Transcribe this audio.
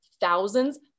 thousands